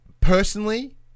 personally